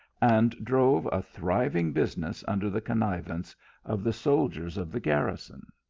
and drove a thriving business under the connivance of the soldiers of the garrison.